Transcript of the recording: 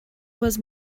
was